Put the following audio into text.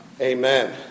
amen